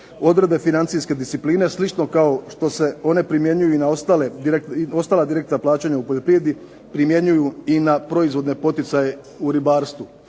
odredbe financijske discipline slično kao što se one primjenjuju na ostala direktna plaćanja u poljoprivredi primjenjuju i na proizvodne poticaje u ribarstvu.